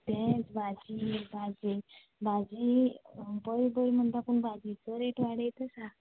तेंच भाजी भाजेच भाजी पयर कोण म्हणटा भाजीचो रेट वाडयत आसा